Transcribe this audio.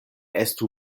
estu